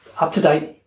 up-to-date